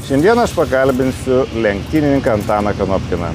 šiandieną aš pagarbinsiu lenktynininką antaną kanopkiną